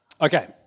Okay